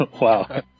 Wow